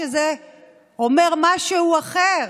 זה אומר משהו אחר.